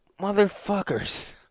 motherfuckers